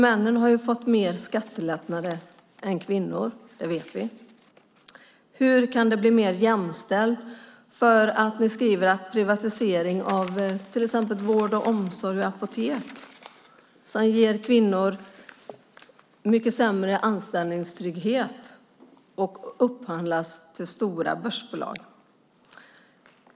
Männen har ju fått mer skattelättnader än kvinnor. Det vet vi. Hur kan det bli mer jämställt med privatisering av till exempel vård, omsorg och apotek som upphandlas till stora börsbolag och ger kvinnor mycket sämre anställningstrygghet?